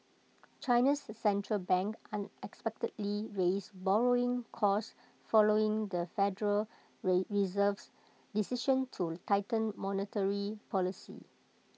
China's Central Bank unexpectedly raised borrowing costs following the federal Reserve's decision to tighten monetary policy